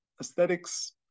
aesthetics